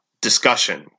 discussion